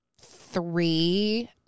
three